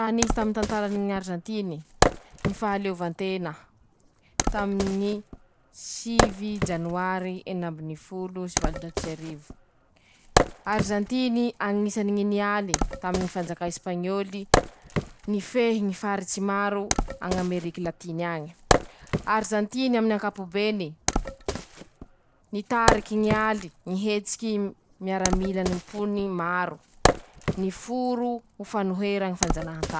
Raha nisy taminy ñy tantarany Arizantine: ñy fahaleovantena, taminy ñy sivy janoary enin'ambiny folo sy valonjato sy arivo5, Arizantine añisany ñy nialy taminy fanjakà Esipañiôly, nifehy ñy faritsy maro an'amerika latiny añy, Arizantine aminy ankapobeny, nitariky ñy aly, ñy hetsiky miaramila pony maro, niforo ho fanohera ñy fanjak.